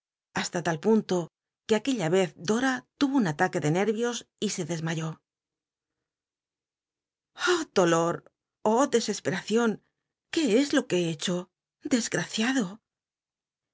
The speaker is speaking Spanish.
hasta tal punto que aquella cz dora tnvo un ataque de ncrvios y se desmayó i oh dolor oh dcscspcracion qué es lo que he hecho desgraciado